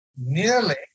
Nearly